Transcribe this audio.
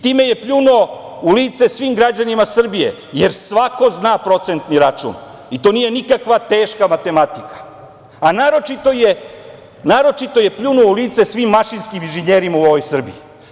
Time je pljunuo u lice svim građanima Srbije, jer svako zna procentni račun i to nije nikakva teška matematika, a naročito je pljunuo u lice svim mašinskim inženjerima u ovoj Srbiji.